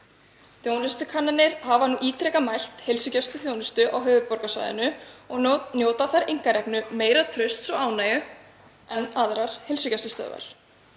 Þjónustukannanir hafa ítrekað mælt heilsugæsluþjónustu á höfuðborgarsvæðinu og njóta þær einkareknu meira trausts og ánægju en aðrar heilsugæslustöðvar.